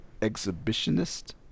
exhibitionist